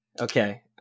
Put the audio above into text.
Okay